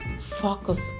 focus